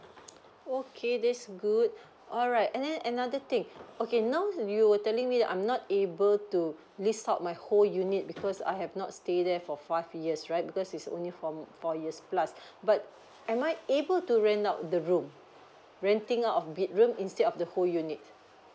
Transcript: okay that's good alright and then another thing okay now you were telling me I'm not able to lease out my whole unit because I have not stay there for five years right because it's only for four years plus but am I able to rent out the room renting out of big room instead of the whole unit